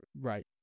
Right